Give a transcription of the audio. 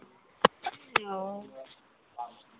ओऽ